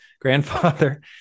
grandfather